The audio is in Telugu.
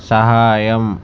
సహాయం